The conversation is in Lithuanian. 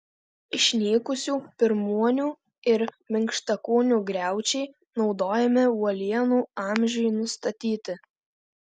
išnykusių pirmuonių ir minkštakūnių griaučiai naudojami uolienų amžiui nustatyti